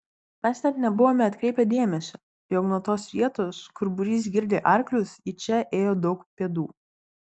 mes net nebuvome atkreipę dėmesio jog nuo tos vietos kur būrys girdė arklius į čia ėjo daug pėdų